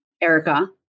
Erica